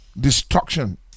destruction